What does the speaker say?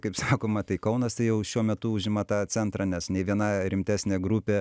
kaip sakoma tai kaunas tai jau šiuo metu užima tą centrą nes nė viena rimtesnė grupė